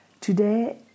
Today